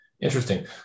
Interesting